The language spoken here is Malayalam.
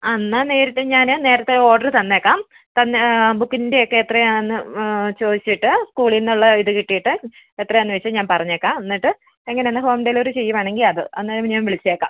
ആ എന്നാൽ നേരിട്ട് ഞാൻ നേരത്തെ ഓർഡറ് തന്നേക്കാം തന്ന് ബുക്കിൻ്റെ ഒക്കെ എത്ര ആണെന്ന് ചോദിച്ചിട്ട് സ്കൂളിൽ നിന്ന് ഉള്ള ഇത് കിട്ടിയിട്ട് എത്രയാണെന്ന് വച്ചാൽ ഞാൻ പറഞ്ഞേക്കാം എന്നിട്ട് എങ്ങനെ ആണ് ഹോം ഡെലിവറി ചെയ്യുകയാണെങ്കിൽ അത് അന്നേരം ഞാൻ വിളിച്ചേക്കാം